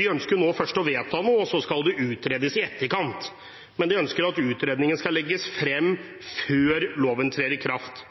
De ønsker først å vedta noe, så skal det utredes – i etterkant – men utredningen skal legges frem før loven trer i kraft.